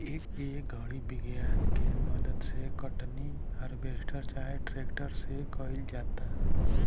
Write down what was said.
ए घड़ी विज्ञान के मदद से कटनी, हार्वेस्टर चाहे ट्रेक्टर से कईल जाता